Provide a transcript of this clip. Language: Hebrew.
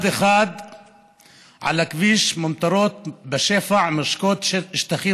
ביום החקלאות הזה אני